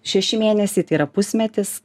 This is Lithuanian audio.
šeši mėnesiai tai yra pusmetis